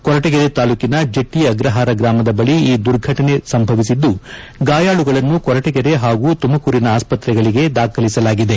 ಕೊರಟಗೆರೆ ತಾಲೂಕಿನ ಜಟ್ಟಿ ಅಗ್ರಹಾರ ಗ್ರಾಮದ ಬಳಿ ಈ ದುರ್ಘಟನೆ ನಡೆದಿದ್ದು ಗಾಯಾಳುಗಳನ್ನು ಕೊರಟಗೆರೆ ಹಾಗೂ ತುಮಕೂರಿನ ಆಸ್ಪತ್ರೆಗಳಿಗೆ ದಾಖಲಿಸಲಾಗಿದೆ